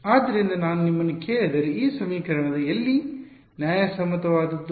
ಆದ್ದರಿಂದ ನಾನು ನಿಮ್ಮನ್ನು ಕೇಳಿದರೆ ಈ ಸಮೀಕರಣ ಎಲ್ಲಿ ನ್ಯಾಯಸಮ್ಮತವಾದದ್ದು